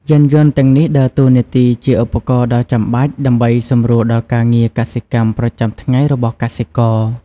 យានយន្តទាំងនេះដើរតួនាទីជាឧបករណ៍ដ៏ចាំបាច់ ដើម្បីសម្រួលដល់ការងារកសិកម្មប្រចាំថ្ងៃរបស់កសិករ។